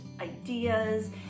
ideas